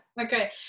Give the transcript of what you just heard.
okay